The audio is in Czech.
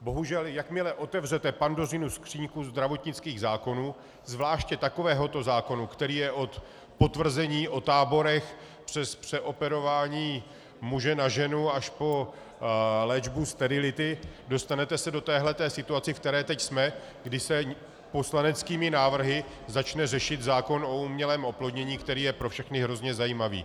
Bohužel jakmile otevřete Pandořinu skříňku zdravotnických zákonů, zvláště takovéhoto zákona, který je od potvrzení o táborech přes přeoperování muže na ženu až po léčbu sterility, dostanete se do této situace, ve které teď jsme, kdy se poslaneckými návrhy začne řešit zákon o umělém oplodnění, který je pro všechny hrozně zajímavý.